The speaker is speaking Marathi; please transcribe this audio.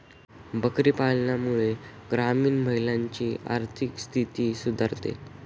बकरी पालनामुळे ग्रामीण महिलांची आर्थिक स्थिती सुधारते